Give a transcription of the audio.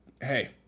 hey